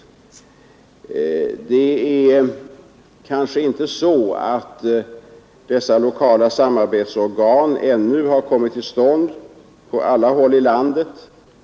Dessa lokala samarbetsorgan har kanske ännu inte kommit till stånd på alla håll i landet.